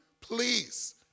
Please